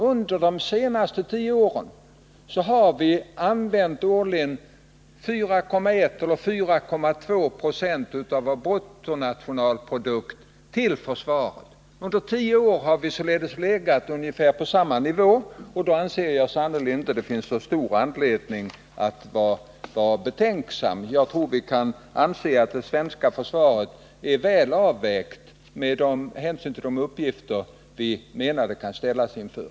Under de senaste tio åren har vi årligen använt 4.1 eller 4,2 4 av bruttonationalprodukten till försvaret. Under tio år har vi således legat på ungefär samma nivå. Då anser jag sannerligen att det inte finns så stor anledning att vara kritisk. Jag tror att vi kan anse att det svenska försvaret är väl avvägt med hänsyn till de uppgifter som det kan komma att ställas inför.